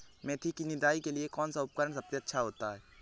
मेथी की निदाई के लिए कौन सा उपकरण सबसे अच्छा होता है?